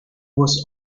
was